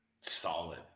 Solid